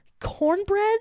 cornbread